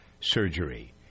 surgery